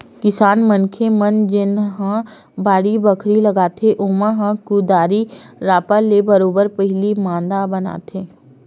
किसान मनखे मन जेनहा बाड़ी बखरी लगाथे ओमन ह कुदारी रापा ले बरोबर पहिली मांदा बनाथे